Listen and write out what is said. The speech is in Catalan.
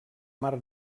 mar